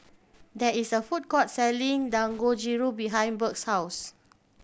there is a food court selling Dangojiru behind Burke's house